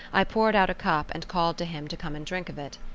i poured out a cup and called to him to come and drink of it.